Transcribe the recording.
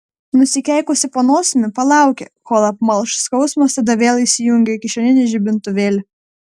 nusikeikusi po nosimi palaukė kol apmalš skausmas tada vėl įsijungė kišeninį žibintuvėlį